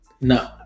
no